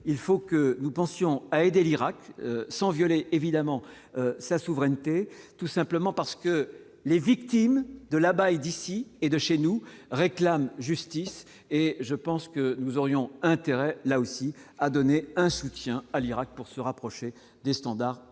faut que nous pensions à aider l'Irak sans violer évidemment sa souveraineté, tout simplement parce que les victimes de la bas d'ici et de chez nous réclame justice et je pense que nous aurions intérêt là aussi à donner un soutien à l'Irak pour se rapprocher des standards